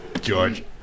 George